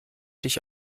dich